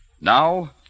Now